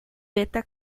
beta